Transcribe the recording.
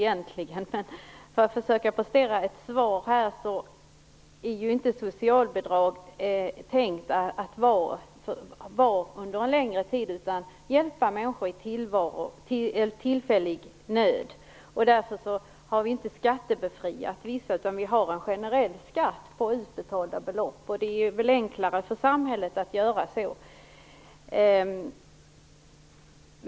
Men för att försöka prestera ett svar vill jag säga att socialbidrag inte är tänkta att betalas ut under en längre tid, utan att hjälpa människor i tillfällig nöd. Därför har vi inte skattebefriat vissa, utan vi har en generell skatt på utbetalda belopp. Det är enklare för samhället att göra så.